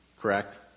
correct